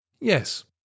Yes